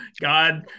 God